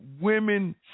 women